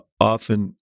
often